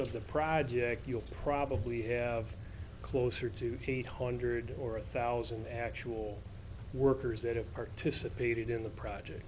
of the project you'll probably have closer to eight hundred or thousand actual workers that have participated in the project